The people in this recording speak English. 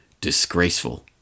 Disgraceful